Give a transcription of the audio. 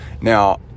Now